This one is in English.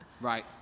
right